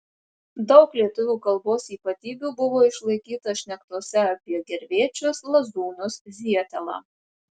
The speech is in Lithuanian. daug lietuvių kalbos ypatybių buvo išlaikyta šnektose apie gervėčius lazūnus zietelą